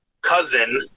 cousin